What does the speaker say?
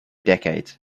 decades